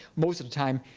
most of the time,